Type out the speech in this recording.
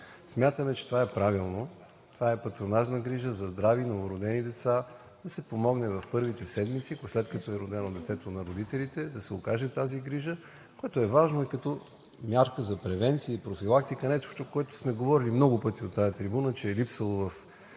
Смятаме, че това е правилно, това е патронажна грижа за здрави, новородени деца – да се помогне в първите седмици, след като е родено детето, на родителите да се окаже тази грижа. Което е важно и като мярка за превенция и профилактика – нещо, което сме говорили много пъти от тази трибуна, че е липсвало в